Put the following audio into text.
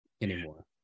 anymore